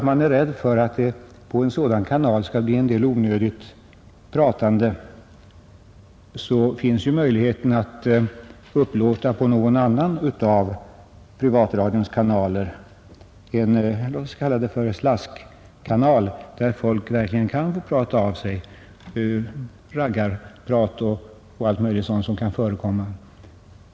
Om man är rädd för att det på en sådan kanal skulle bli en del att förbättra transportförsörjningen på Gotland onödigt prat, så finns ju den möjligheten att upplåta en annan av privatradions kanaler till, låt oss kalla det så, en slaskkanal, där människor kan få prata av sig — raggarprat och annat som kan förekomma.